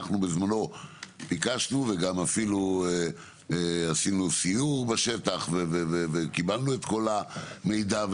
אנחנו בזמנו ביקשנו וגם אפילו עשינו סיור בשטח וקיבלנו את כל המידע,